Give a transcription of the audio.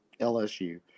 LSU